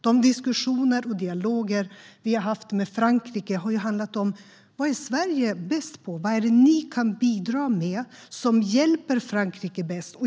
De diskussioner och dialoger vi har haft med Frankrike har handlat om: Vad är Sverige bäst på? Vad är det ni kan bidra med som hjälper Frankrike bäst?